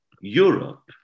Europe